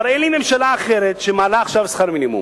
תראה לי ממשלה אחרת שמעלה עכשיו שכר מינימום.